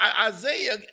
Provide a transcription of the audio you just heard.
Isaiah